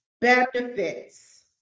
benefits